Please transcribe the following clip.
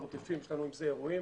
מרתפים שיש לנו עם זה האירועים.